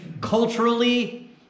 culturally